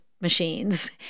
machines